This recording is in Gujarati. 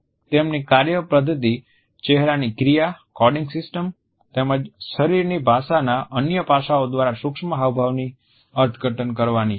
તેમની કાર્યપદ્ધતિ ચહેરાની ક્રિયા કોડિંગ સિસ્ટમ તેમજ શરીરની ભાષાના અન્ય પાસાઓ દ્વારા સૂક્ષ્મ હાવભાવનું અર્થઘટન કરવાની છે